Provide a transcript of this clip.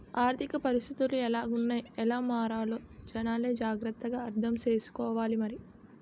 ఆర్థిక పరిస్థితులు ఎలాగున్నాయ్ ఎలా మారాలో జనాలే జాగ్రత్త గా అర్థం సేసుకోవాలి మరి